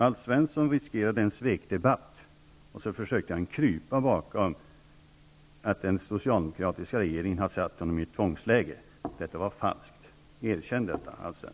Alf Svensson riskerade en svekdebatt, och så försökte han krypa bakom påståendet att den socialdemokratiska regeringen hade satt honom i ett tvångsläge. Detta var falskt. Erkänn detta, Alf